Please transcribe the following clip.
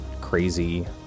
crazy